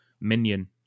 minion